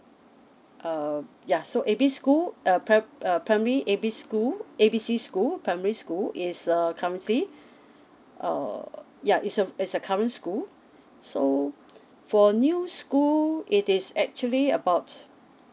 um ya so a b school err primary primary a b school a b c school primary school is err currently uh ya it's uh it's a current school so for a new school it is actually about